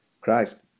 Christ